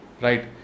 right